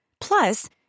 Plus